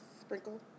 Sprinkle